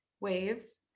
waves